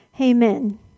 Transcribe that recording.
Amen